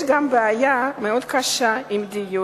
יש גם בעיה קשה מאוד עם הדיור,